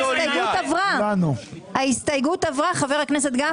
ההסתייגות עברה, חבר הכנסת גפני.